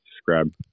subscribe